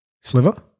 Sliver